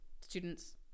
Students